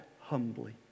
humbly